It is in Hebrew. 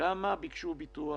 כמה ביקשו ביטוח